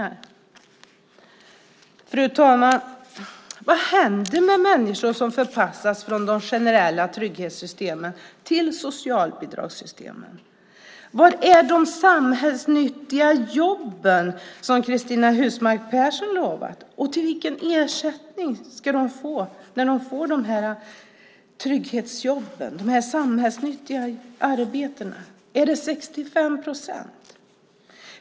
Fru talman! Vad händer med människor som förpassas från de generella trygghetssystemen till socialbidragssystemen? Var är de samhällsnyttiga jobb som Cristina Husmark Pehrsson lovat, och vilken ersättning ska de få som får de här trygghetsjobben, de samhällsnyttiga arbetena? Är det 65 procent?